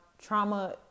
trauma